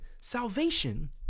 salvation